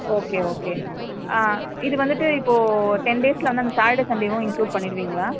okay okay ஆ இது வந்துட்டு இப்போது டென் டேஸ்சில் வந்து அந்த சேட்டர்டே சண்டேவும் இன்க்லூட் பண்ணிவிடுவிங்களா